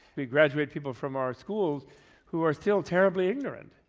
we graduate people from our schools who are still terribly ignorant.